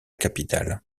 capitale